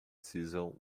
season